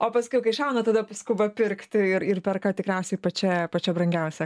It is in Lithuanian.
o paskui kai jau šauna tada skuba pirkt ir ir perka tikriausiai pačia pačia brangiausia